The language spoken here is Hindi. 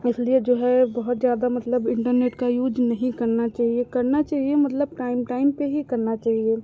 इसलिए जो है बहुत ज़्यादा मतलब इन्टरनेट का यूज़ नहीं करना चहिए करना चाहिए मतलब टाइम टाइम पर ही करना चाहिए